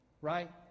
Right